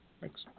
Thanks